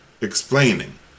explaining